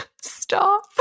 stop